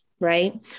right